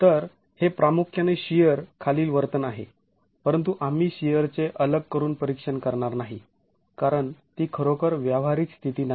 तर हे प्रामुख्याने शिअर खालील वर्तन आहे परंतु आम्ही शिअरचे अलग करून परीक्षण करणार नाही कारण ती खरोखर व्यावहारिक स्थिती नाही